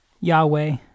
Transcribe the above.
Yahweh